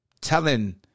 Telling